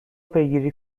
پیگیری